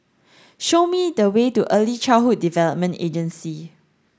show me the way to Early Childhood Development Agency